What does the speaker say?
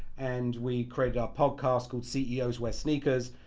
and we created our podcast called ceos wear sneakers.